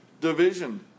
division